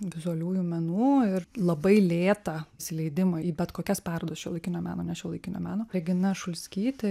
vizualiųjų menų ir labai lėtą įsileidimą į bet kokias parodas šiuolaikinio meno ne šiuolaikinio meno regina šulskytė